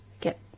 get